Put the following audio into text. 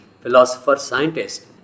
philosopher-scientist